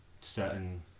certain